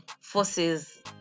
forces